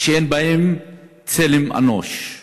שאין בהם צלם אנוש.